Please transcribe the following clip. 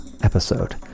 episode